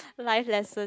life lesson